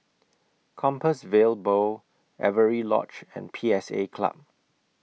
Compassvale Bow Avery Lodge and P S A Club